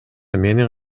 менин